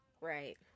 right